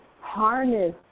harness